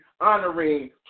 honoring